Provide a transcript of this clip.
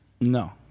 No